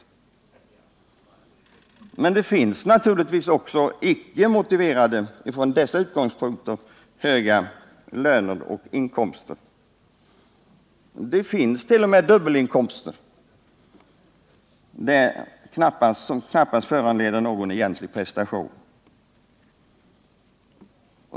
Men från dessa utgångspunkter finns det naturligtvis också icke motiverade höga löner och inkomster. Det finns t.o.m. dubbelinkomster varav några knappast föranleder någon egentligt prestation.